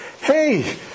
Hey